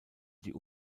die